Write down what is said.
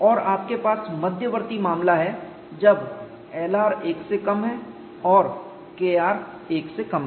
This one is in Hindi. और आपके पास मध्यवर्ती मामला है जब Lr 1 से कम है और Kr 1 से कम है